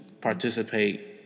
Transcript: participate